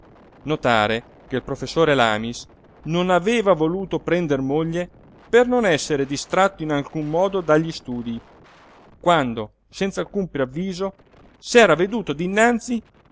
notare che il professor lamis non aveva voluto prender moglie per non esser distratto in alcun modo dagli studii quando senz'alcun preavviso s'era veduto innanzi